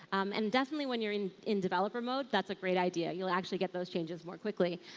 um and definitely when you're in in developer mode that's a great idea, you'll actually get those changes more quickly.